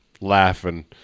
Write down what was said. laughing